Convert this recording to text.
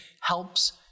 helps